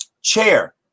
chair